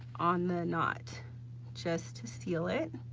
on the knot just to seal it,